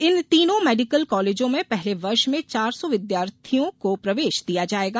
इन तीनों मेडिकल कॉलेजों में पहले वर्ष में चार सौ विद्यार्थियों को प्रवेश दिया जायेगा